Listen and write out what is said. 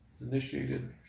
Initiated